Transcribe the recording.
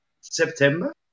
September